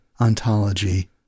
ontology